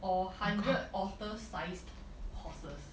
or hundred otter sized horses